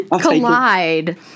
collide